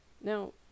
Now